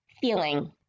feeling